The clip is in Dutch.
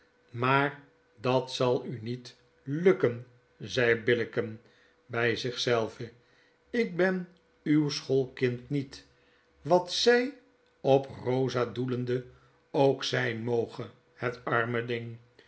maar dat zal u niet lukken zei billicken by zich zelve ik ben uw schoolkind niet wat eg op rosa doelende ook zyn moge het arme ding